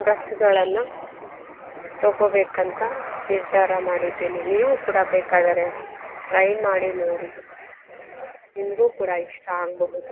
ಡ್ರಸ್ಸುಗಳನ್ನು ತೊಗೋಬೇಕುಂತ ನಿರ್ಧಾರ ಮಾಡಿದ್ದೇನೆ ನೀವು ಕೂಡ ಬೇಕಾದರೆ ಟ್ರೈ ಮಾಡಿ ನೋಡಿ ನಿಮಗೂ ಕೂಡ ಇಷ್ಟ ಆಗಬಹುದು